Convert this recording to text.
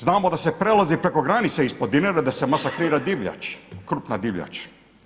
Znamo da se prelazi preko granice ispod Dinare da se masakrira divljač, krupna divljač.